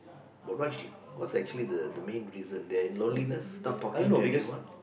but actu~ what's actually the the main reason they are in loneliness stop talking to anyone